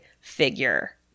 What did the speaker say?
figure